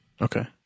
okay